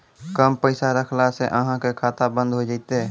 कम पैसा रखला से अहाँ के खाता बंद हो जैतै?